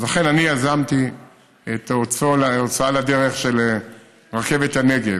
אכן, אני יזמתי את ההוצאה לדרך של רכבת הנגב.